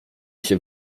się